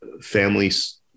families